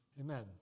Amen